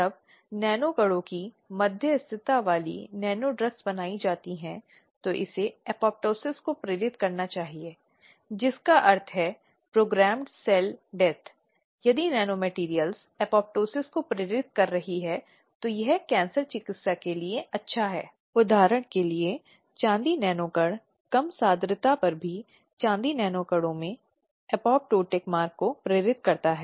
अब तक जहां तक स्थानीय शिकायत समिति की बात है तो यह उपयुक्त सरकार की जिम्मेदारी है कि राज्य सरकार ऐसी शिकायत समिति को अधिसूचित करे जो हर जिले में स्थापित की जाएगी अब इस संबंध में कोई भी यौन उत्पीड़न अधिनियम 2013 की धारा 5 6 7 इत्यादि में देख सकता है